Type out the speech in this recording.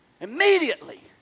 Immediately